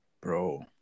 Bro